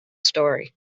story